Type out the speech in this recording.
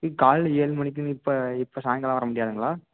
ம் காலைல ஏழுமணிக்குன்னு இப்போ இப்போ சாயங்காலம் வரமுடியாதுங்களா